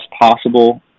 possible